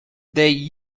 they